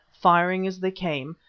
firing as they came,